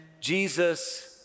Jesus